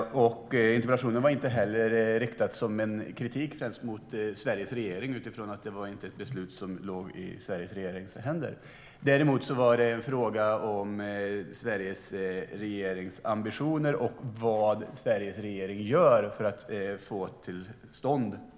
Interpellationen var inte riktad som kritik mot Sveriges regering, eftersom det inte var ett beslut som låg i Sveriges regerings händer. Däremot var den en fråga om Sveriges regerings ambitioner och vad Sveriges regering gör för att få dessa tåg till stånd.